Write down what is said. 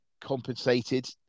compensated